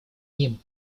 ним